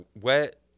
wet